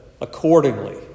accordingly